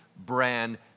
brand